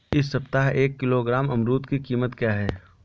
इस सप्ताह एक किलोग्राम अमरूद की कीमत क्या है?